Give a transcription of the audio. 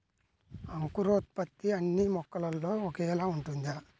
అంకురోత్పత్తి అన్నీ మొక్కలో ఒకేలా ఉంటుందా?